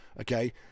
okay